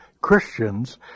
Christians